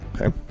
Okay